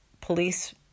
police